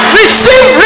receive